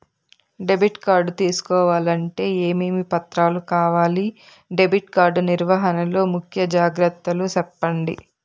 Debit card తీసుకోవాలంటే ఏమేమి పత్రాలు కావాలి? డెబిట్ కార్డు నిర్వహణ లో ముఖ్య జాగ్రత్తలు సెప్పండి?